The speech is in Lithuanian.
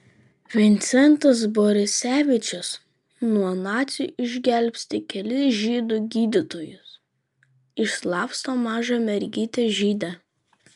vincentas borisevičius nuo nacių išgelbsti kelis žydų gydytojus išslapsto mažą mergytę žydę